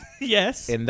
Yes